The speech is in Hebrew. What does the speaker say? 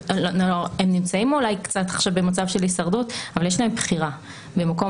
הם נמצאים אולי קצת עכשיו במצב של הישרדות אבל יש להם בחירה במקום